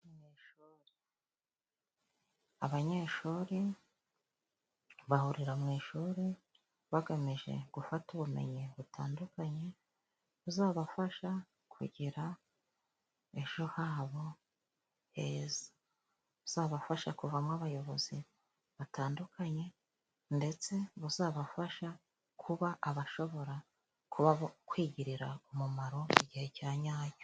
Abanyeshuri bahurira mu ishuri bagamije gufata ubumenyi butandukanye buzabafasha kugira ejo habo heza, buzabafasha kuvamo abayobozi batandukanye, ndetse buzabafasha kuba abashobora kubaho kwigirira umumaro mu igihe cya nyacyo.